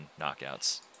knockouts